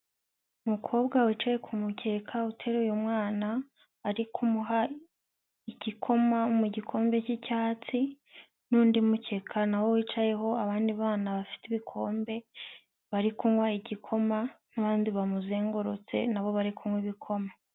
Umukobwa wicaye ku mukeka uteruye umwana, ari kumuha igikoma mu gikombe cy'icyatsi n'undi mukeka nawo wicayeho abandi bana bafite ibikombe, bari kunywa igikoma n'abandi bamuzengurutse nabo bari kunywa ibikoma.